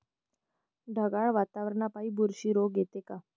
ढगाळ वातावरनापाई बुरशी रोग येते का?